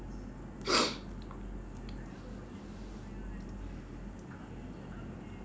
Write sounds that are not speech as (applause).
(noise)